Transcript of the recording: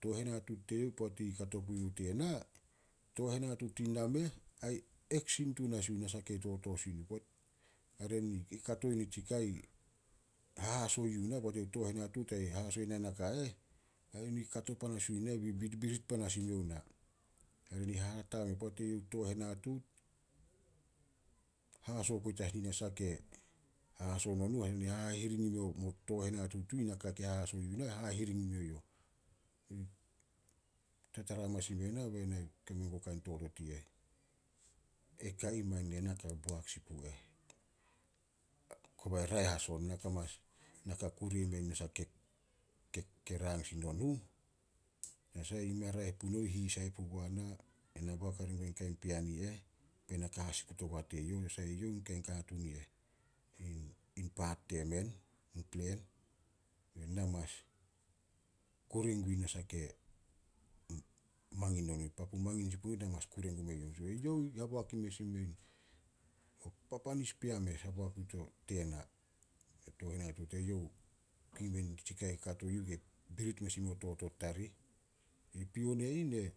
Tooh henatuut teyouh, poat i kato puyuh tena, tooh henatuut i nameh, ai eksin tun as yuh nasah kei totooh sin yuh. Hare ni kato nitsi ka i hahaso yuh na, poat eyouh tooh henatuut ai haso na naka eh, birbirit panas imiouh ena. Poat eyouh tooh henatuut, haso poit as i nasah ke haso nonuh hare ne hahiring imiouh mo tooh henatuut uh. Tartara amanas ime na be na kame gume kain totot i eh. "E ka ih mangin ne na ka boak sin pu eh. Kobe raeh as on, na ka kure imeh nasah ke- ke- ke rang sin nonuh. Tanasah mei a raeh punouh hisai pugua na, ena boak hare gua in kain pean i eh poat ena ka hasikut ogua teyouh. Tanasah eyouh in kain katuun i eh, in- in paat temen tin klen. Na mas kure gume nasah ke mangin nonuh, papu mangin sin punonuh na mas kure gume youh." Eyouh haboak, papanis pea mes haboak yuh tena. Tooh henatuut teyouh birit mes imeo totot tarih. I pion e ih ne-